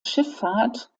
schifffahrt